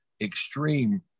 extreme